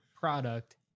product